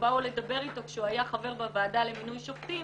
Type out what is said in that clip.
ובאו לדבר איתו כשהוא היה חבר בוועדה למינוי שופטים